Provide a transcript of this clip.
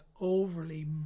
overly